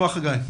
רבה, חגי.